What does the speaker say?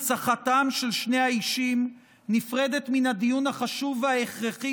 הנצחתם של שני האישים נפרדת מן הדיון החשוב וההכרחי